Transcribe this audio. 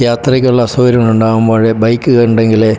യാത്രയ്ക്കുള്ള അസസൗകര്യങ്ങളുണ്ടാകുമ്പോൾ ബൈക്ക് ഉണ്ടെങ്കിൽ